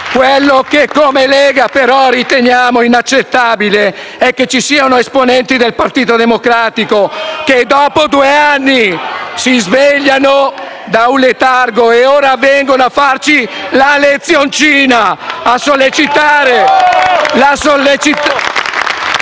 Quello che come Lega però riteniamo inaccettabile è che ci siano esponenti del Partito Democratico che, dopo due anni, si svegliano dal letargo e ora vengono a farci la lezioncina,... *(Applausi